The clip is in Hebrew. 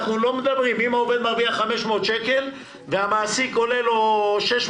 אם עובד מרוויח 500 שקל, ולמעסיק זה עולה 650,